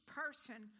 person